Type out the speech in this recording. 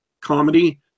comedy